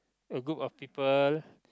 a group of people